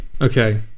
okay